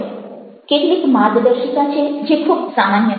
કેટલીક માર્ગદર્શિકા છે જે ખૂબ સામાન્ય છે